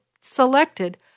selected